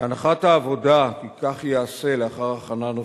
והנחת העבודה היא כי כך ייעשה לאחר הכנה נוספת.